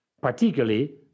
particularly